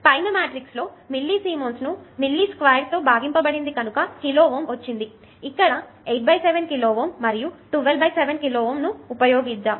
పైన మాట్రిక్స్ లో మిల్లీసీమెన్స్ను మిల్లీసీమెన్ స్క్వేర్ తో భాగించబడినది కనుక kΩ వచ్చింది ఇక్కడ 8 7 కిలో Ω 87 కిలో Ω మరియు 12 7 కిలో Ω ను ఉపయోగించాం